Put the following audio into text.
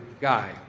guy